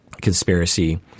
conspiracy